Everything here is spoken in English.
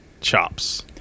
chops